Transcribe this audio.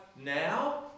now